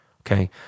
Okay